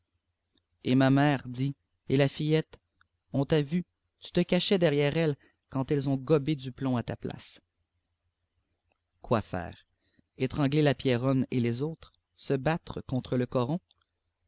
et ma mère dis et la fillette on t'a vu tu te cachais derrière elles quand elles ont gobé du plomb à ta place quoi faire étrangler la pierronne et les autres se battre contre le coron